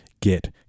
Get